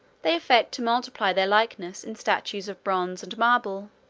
they affect to multiply their likeness, in statues of bronze and marble